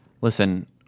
listen